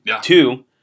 Two